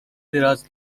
دراز